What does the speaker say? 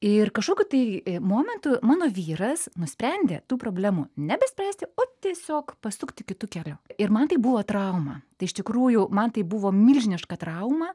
ir kažkokiu tai momentu mano vyras nusprendė tų problemų nebespręsti o tiesiog pasukti kitu keliu ir man tai buvo trauma tai iš tikrųjų man tai buvo milžiniška trauma